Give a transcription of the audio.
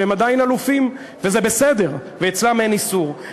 והם עדיין אלופים, וזה בסדר, אצלם אין איסור.